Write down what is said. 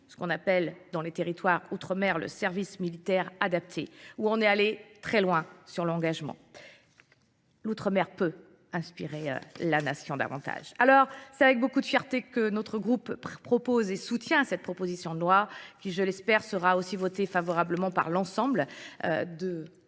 ce qu'on appelle dans les territoires outre-mer le service militaire adapté où on est allé très loin sur l'engagement. L'outre-mer peut inspirer la nation davantage. Alors, c'est avec beaucoup de fierté que notre groupe propose et soutient cette proposition de loi qui, je l'espère, sera aussi votée favorablement par l'ensemble des sénateurs